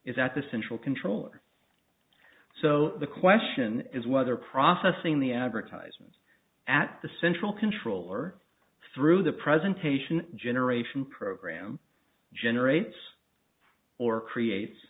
is at the central controller so the question is whether processing the advertisement at the central control or through the presentation generation program generates or creates